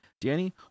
Danny